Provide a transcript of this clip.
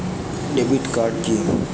Debit card কি?